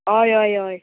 हय हय हय